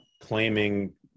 claiming